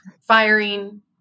firing